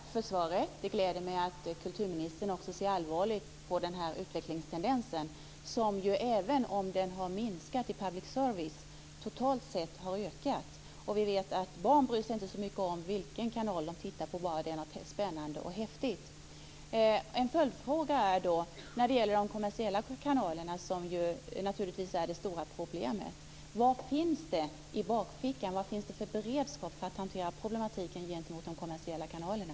Herr talman! Jag tackar för svaret. Det gläder mig att kulturministern också ser allvarligt på den här utvecklingstendensen som ju, även om den har minskat inom public service, totalt sett har ökat. Vi vet att barn inte bryr sig så mycket om vilken kanal de tittar på, bara det är något spännande och häftigt. En följdfråga när det gäller de kommersiella kanalerna, som naturligtvis är det stora problemet, är ju: Vad finns det i bakfickan? Vad finns det för beredskap för att hantera problematiken gentemot de kommersiella kanalerna?